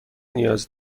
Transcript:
نیاز